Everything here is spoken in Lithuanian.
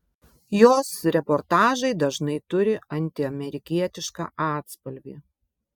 jos reportažai dažnai turi antiamerikietišką atspalvį